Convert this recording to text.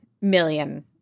million